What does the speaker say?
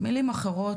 במילים אחרות,